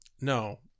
no